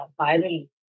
viral